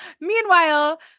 meanwhile